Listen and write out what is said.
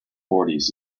fourties